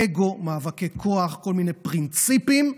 אגו, מאבקי כוח וכל מיני פרינציפים,